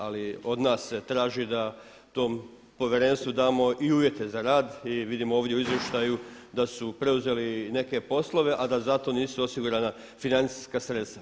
Ali od nas se traži da tom povjerenstvu damo i uvjete za rad i vidimo ovdje u izvještaju da su preuzeli i neke poslove a da zato nisu osigurana financijska sredstva.